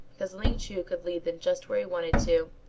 because ling chu could lead them just where he wanted to.